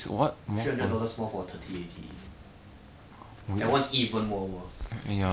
I just don't touch him I got so much dash he's not going to touch me he wants the minion I can give him ah